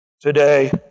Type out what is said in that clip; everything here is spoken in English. Today